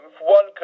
one